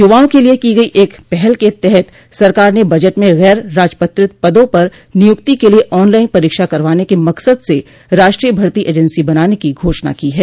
युवाओं के लिए की गई एक पहल के तहत सरकार ने बजट में गैर राजपत्रित पदों पर नियुक्ति के लिए ऑनलाइन परीक्षा करवाने के मकसद से राष्ट्रीय भर्ती एजेंसी बनाने की घोषणा की है